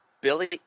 Billy –